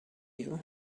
you